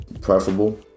preferable